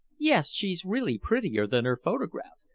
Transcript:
yes. she's really prettier than her photograph.